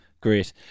Great